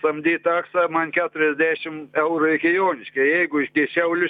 samdyt taksą man keturiasdešim eurų iki joniškio jeigu iki šiaulių